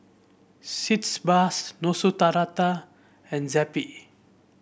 Sitz Bath Neostrata and Zappy